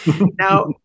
Now